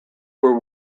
were